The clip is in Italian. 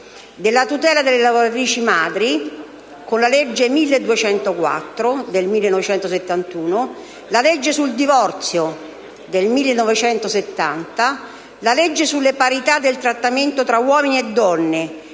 della tutela delle lavoratrici madri, con la legge n. 1204 del 1971; la legge sul divorzio del 1970; le leggi sulla parità di trattamento tra uomini e donne